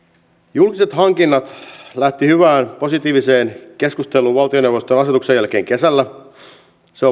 julkiset hankinnat lähtivät hyvään positiiviseen keskusteluun valtioneuvoston asetuksen jälkeen kesällä se